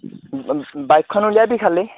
বাইকখন উলিয়াবি খালী